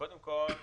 קודם כול,